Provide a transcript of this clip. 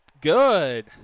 good